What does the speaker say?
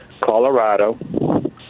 Colorado